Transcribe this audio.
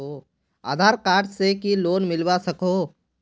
आधार card से की loan मिलवा सकोहो?